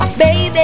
baby